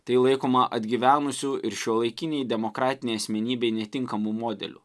tai laikoma atgyvenusiu ir šiuolaikinei demokratinei asmenybei netinkamu modeliu